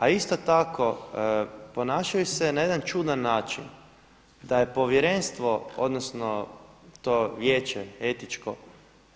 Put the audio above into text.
A isto tako ponašaju se na jedan čudan način, da je povjerenstvo odnosno to vijeće etičko